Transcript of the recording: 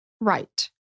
Right